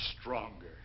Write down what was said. Stronger